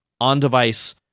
on-device